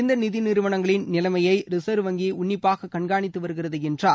இந்த நிதிநிறுவனங்களின் நிலைமையை ரிசர்வ் வங்கி உன்னிப்பாக கண்காணித்து வருகிறது என்றார்